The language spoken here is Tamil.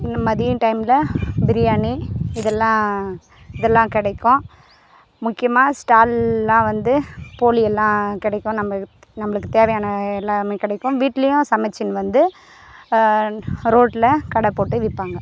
மதியம் டைம்மில் பிரியாணி இதெல்லாம் இதெல்லாம் கிடைக்கும் முக்கியமாக ஸ்டால் எல்லாம் வந்து போலியெல்லாம் கிடைக்கும் நம்ப நம்பளுக்கு தேவையான எல்லாமே கிடைக்கும் வீட்லையும் சமைச்சின்னு வந்து ரோட்டில் கடை போட்டு விற்பாங்க